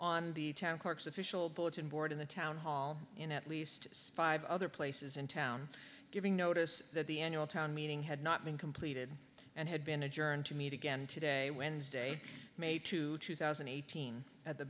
on the town clerk's official bulletin board in the town hall in at least five other places in town giving notice that the annual town meeting had not been completed and had been adjourned to meet again today wednesday may two thousand and eighteen at the